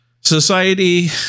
society